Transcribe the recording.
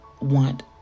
want